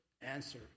answer